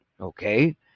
okay